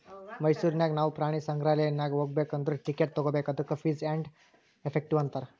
ಮೈಸೂರ್ ನಾಗ್ ನಾವು ಪ್ರಾಣಿ ಸಂಗ್ರಾಲಯ್ ನಾಗ್ ಹೋಗ್ಬೇಕ್ ಅಂದುರ್ ಟಿಕೆಟ್ ತಗೋಬೇಕ್ ಅದ್ದುಕ ಫೀಸ್ ಆ್ಯಂಡ್ ಎಫೆಕ್ಟಿವ್ ಅಂತಾರ್